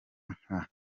nka